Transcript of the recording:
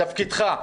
תפקידך,